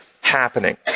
happening